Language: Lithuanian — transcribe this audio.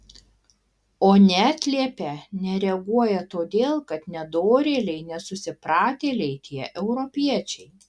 o neatliepia nereaguoja todėl kad nedorėliai nesusipratėliai tie europiečiai